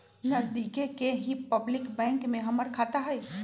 नजदिके के ही पब्लिक बैंक में हमर खाता हई